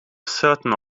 certain